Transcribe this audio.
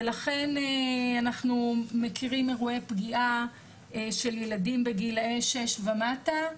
ולכן אנחנו מכירים אירועי פגיעה של ילדים בגילאי שש ומטה,